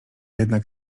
jednak